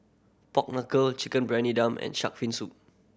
pork knuckle Chicken Briyani Dum and shark fin soup